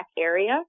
area